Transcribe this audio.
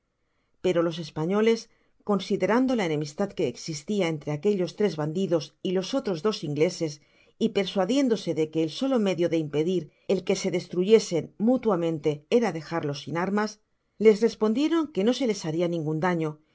pero los españoles considerando la enemistad que existia entre aquellos tres bandidos y los otros dos ingleses y persuadiéndose de que el solo medio de impedir el que se destruyesen mutuamente era dejarlos sin armas les respondieron que no se les baria ningun daño y que